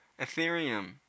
Ethereum